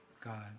God